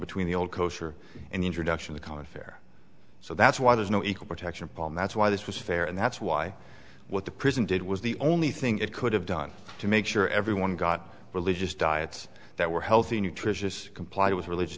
between the old kosher and introduction the college fair so that's why there's no equal protection palm that's why this was fair and that's why what the prison did was the only thing it could have done to make sure everyone got religious diets that were healthy nutritious comply with religio